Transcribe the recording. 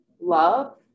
love